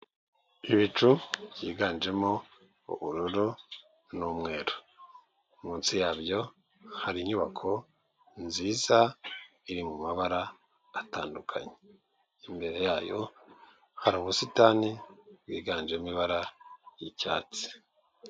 Ibicu byiganjemo ubururu n'umweru, munsi yabyo hari inyubako nziza iri mu mabara atandukanye, imbere yayo hari ubusitani bwiganjemo ibara ry'icyatsi.